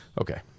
Okay